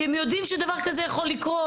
כי הם יודעים שדבר כזה יכול לקרות.